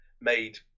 made